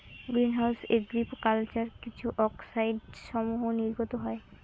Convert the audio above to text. green house agriculture কিছু অক্সাইডসমূহ নির্গত হয়